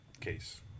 case